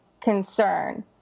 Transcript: concern